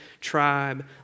tribe